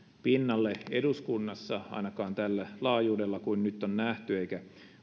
pinnalle eduskunnassa ainakaan tällä laajuudella kuin nyt on nähty eikä